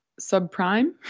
subprime